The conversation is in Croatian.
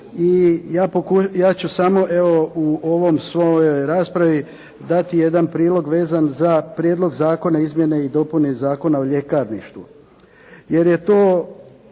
i ja ću samo evo u ovoj svojoj raspravi dati jedan prilog za Prijedlog zakona izmjene i dopune Zakona o ljekarništvu, jer je to